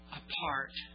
apart